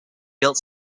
built